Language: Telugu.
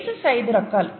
బేసెస్ అయిదు రకాలు